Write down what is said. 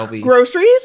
Groceries